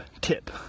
tip